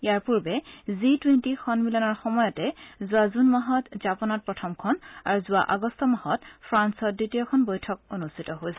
ইয়াৰ পূৰ্বে G twenty সন্মিলনৰ সময়তে যোৱা জুন মাহত জাপানত প্ৰথমখন আৰু যোৱা আগষ্ট মাহত ফ্ৰান্সত দ্বিতীয়খন বৈঠক অনুষ্ঠিত হৈছিল